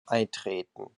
eintreten